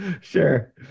Sure